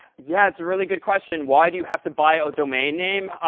yeah, that's a really good question. why do you have to buy a domain name?